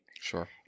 Sure